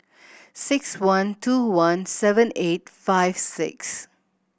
six one two one seven eight five six